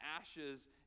ashes